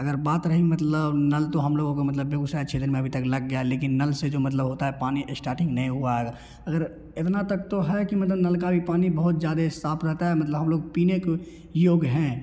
अगर बात रही मतलब नल तो हम लोगों को मतलब बेगुसराय क्षेत्र में अभी तक लग गया लेकिन नल से जो मतलब होता है पानी स्टार्टिंग नहीं हुआ है अगर इतना तक तो है कि मतलब नल का भी पानी बहुत ज़्यादा साफ़ रहता है मतलब हम लोग पीने को योग्य है